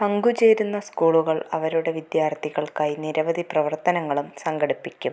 പങ്കുചേരുന്ന സ്കൂളുകൾ അവരുടെ വിദ്യാർത്ഥികൾക്കായി നിരവധി പ്രവർത്തനങ്ങളും സംഘടിപ്പിക്കും